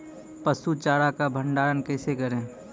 पसु चारा का भंडारण कैसे करें?